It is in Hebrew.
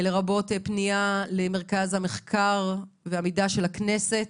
לרבות פנייה למרכז המחקר והמידע של הכנסת,